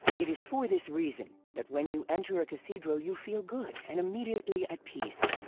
it is for this reason that when you enter a cathedral you feel good and immediately at peace.